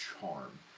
charm